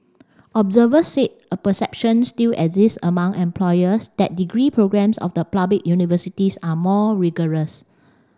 observers said a perception still exists among employers that degree programmes of the public universities are more rigorous